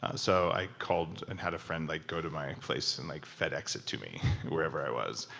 ah so i called and had a friend like go to my place and like fedex it to me wherever i was,